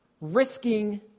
risking